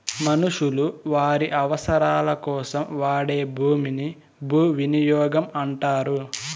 మనుషులు వారి అవసరాలకోసం వాడే భూమిని భూవినియోగం అంటారు